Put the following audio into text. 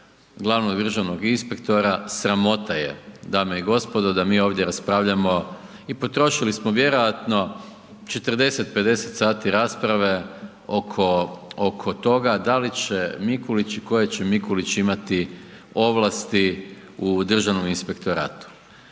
glavnog državnog inspektora, sramota je, dame i gospodo, da mi ovdje raspravljamo i potrošili smo vjerojatno 40, 50 sati rasprave oko toga da li će Mikulić i koje će Mikulić imati ovlasti u Državnom inspektoratu.